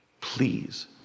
please